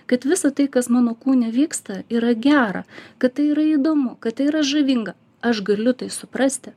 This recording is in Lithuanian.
kad visa tai kas mano kūne vyksta yra gera kad tai yra įdomu kad tai yra žavinga aš galiu tai suprasti